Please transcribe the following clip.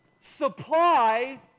supply